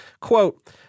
quote –